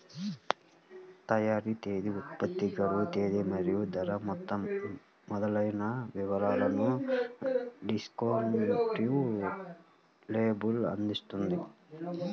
తయారీ తేదీ, ఉత్పత్తి గడువు తేదీ మరియు ధర మొదలైన వివరాలను డిస్క్రిప్టివ్ లేబుల్ అందిస్తుంది